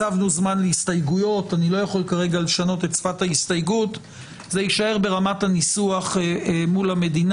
קצבנו זמן להסתייגויות וזה יישאר ברמת הניסוח מול המדינה.